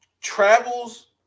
Travels